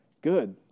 good